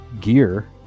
gear